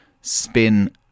spin